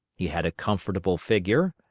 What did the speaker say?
he had a comfortable figure,